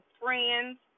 friends